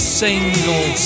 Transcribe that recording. single